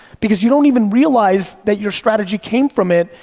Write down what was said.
because you don't even realize that your strategy came from it,